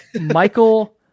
Michael